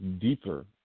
deeper